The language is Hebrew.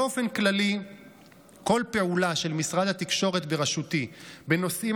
באופן כללי כל פעולה של משרד התקשורת בראשותי בנושאים